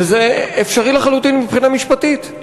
וזה אפשרי לחלוטין מבחינה משפטית.